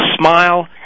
smile